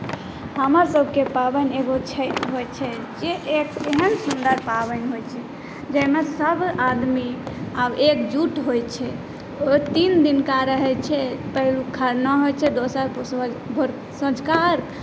हमर सबके पाबनि एगो छठि होइ छै जे एहन सुन्दर पाबनि होइ छै जाहिमे सबआदमी आब एकजुट होइ छै ओ तीन दिनका रहै छै पहिलुक खरना होइ छै दोसर भोर संँझुका अर्घ्य